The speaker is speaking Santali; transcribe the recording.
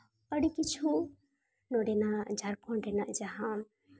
ᱟᱹᱰᱤ ᱠᱤᱪᱷᱩ ᱱᱚᱰᱮᱱᱟᱜ ᱡᱷᱟᱲᱠᱷᱚᱸᱰ ᱨᱮᱱᱟᱜ ᱡᱟᱦᱟᱸ